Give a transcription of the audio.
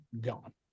gone